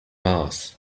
mass